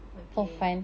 okay